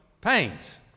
pains